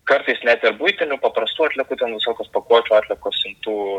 kartais net ir buitinių paprastų atliekų ten visokios pakuočių atliekos siuntų